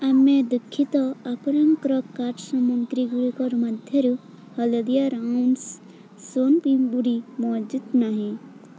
ଆମେ ଦୁଃଖିତ ଆପଣଙ୍କର କାର୍ଟ ସାମଗ୍ରୀ ଗୁଡ଼ିକ ମଧ୍ୟରୁ ହଳଦୀରାମ୍ସ୍ ସୋନ୍ ପାମ୍ପୁଡ଼ି ମହଜୁଦ ନାହିଁ